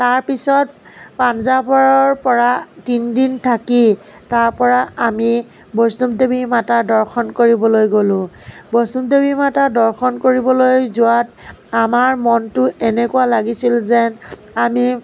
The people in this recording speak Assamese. তাৰপিছত পাঞ্জাৱৰ পৰা তিনিদিন থাকি তাৰপৰা আমি বৈষ্ণৱদেৱী মাতাৰ দৰ্শন কৰিবলৈ গ'লো বৈষ্ণৱদেৱী মাতাৰ দৰ্শন কৰিবলৈ যোৱাত আমাৰ মনটো এনেকুৱা লাগিছিল যেন আমি